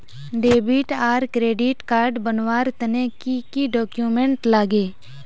Debit आर credit card बनवार तने की की डॉक्यूमेंट लागे?